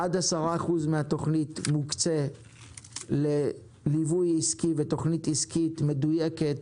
עד 10% מהתוכנית מוקצה לליווי עסקי ותוכנית עסקית מדויקת,